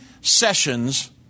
sessions